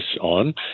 on